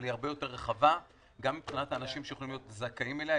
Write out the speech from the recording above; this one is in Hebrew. אבל היא הרבה יותר רחבה גם מבחינת אנשים שיכולים להיות זכאים לה,